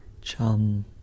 Chum